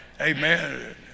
amen